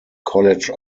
college